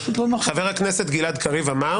חבר הכנסת גלעד קריב אמר